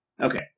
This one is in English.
Okay